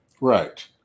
Right